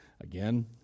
Again